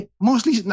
Mostly